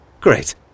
Great